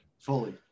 fully